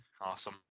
Awesome